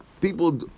People